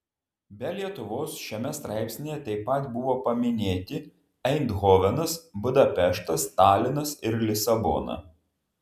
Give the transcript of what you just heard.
be lietuvos šiame straipsnyje taip pat buvo paminėti eindhovenas budapeštas talinas ir lisabona